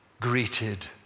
greeted